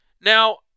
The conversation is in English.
Now